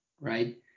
Right